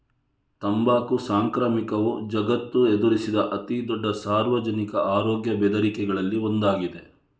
ತಂಬಾಕು ಸಾಂಕ್ರಾಮಿಕವು ಜಗತ್ತು ಎದುರಿಸಿದ ಅತಿ ದೊಡ್ಡ ಸಾರ್ವಜನಿಕ ಆರೋಗ್ಯ ಬೆದರಿಕೆಗಳಲ್ಲಿ ಒಂದಾಗಿದೆ